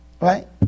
right